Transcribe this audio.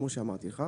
כמו שאמרתי לך,